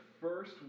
first